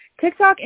TikTok